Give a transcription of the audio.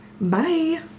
Bye